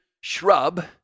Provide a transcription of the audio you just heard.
shrub